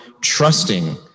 trusting